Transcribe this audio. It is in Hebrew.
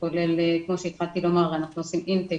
אנחנו עושים אינטק